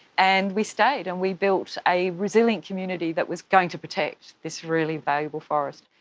and we stayed and we built a resilient community that was going to protect this really valuable forest.